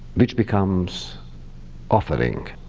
which becomes offering.